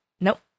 nope